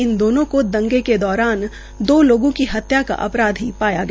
इन दोनों को दंगों के दौरान दो लोगों की हत्या का अपराधी पाया गया